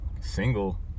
single